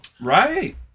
Right